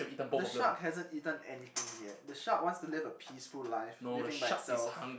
the shark hasn't eaten anything yet the shark wants to live a peaceful life living by itself